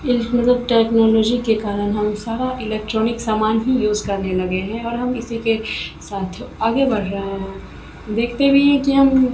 इल मतलब टेक्नोलॉजी के कारण हम सारा इलेक्ट्रॉनिक सामान ही यूज़ करने लगे हैं और हम इसी के साथ आगे बढ़ रहे हैं देखते भी हैं कि हम